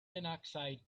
dioxide